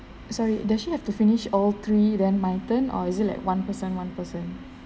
sorry does she have to finish all three then my turn or is it like one person one person